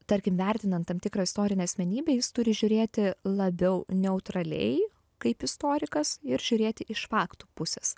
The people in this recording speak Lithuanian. tarkim vertinant tam tikrą istorinę asmenybę jis turi žiūrėti labiau neutraliai kaip istorikas ir žiūrėti iš faktų pusės